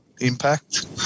impact